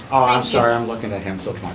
i'm sorry, i'm looking at him, so